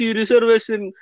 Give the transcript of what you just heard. reservation